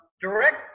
direct